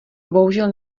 bohužel